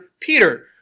Peter